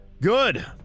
Good